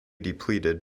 depleted